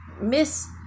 miss